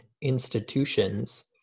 institutions